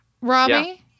Robbie